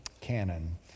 canon